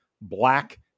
black